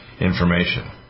Information